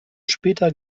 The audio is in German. später